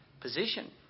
Position